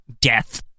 death